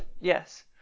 yes